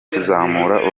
kuzamura